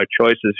choices